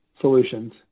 solutions